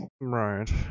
Right